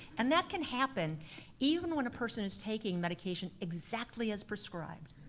and that can happen even when a person is taking medication exactly as prescribed.